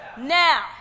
now